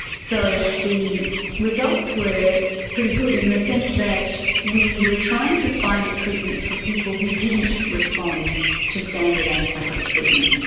so the results were pretty good in the sense that we were trying to find a treatment for people who didn't respond to standard antipsychotic treatment.